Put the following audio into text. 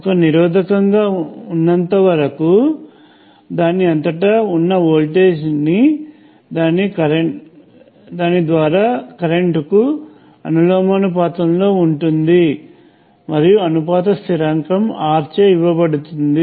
ఒక నిరోధకంగా ఉన్నంతవరకు దాని అంతటా ఉన్న వోల్టేజ్ దాని ద్వారా కరెంట్కు అనులోమానుపాతంలో ఉంటుంది మరియు అనుపాత స్థిరాంకం R చే ఇవ్వబడుతుంది